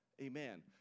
Amen